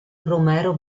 romero